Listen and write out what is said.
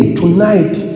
tonight